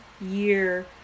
year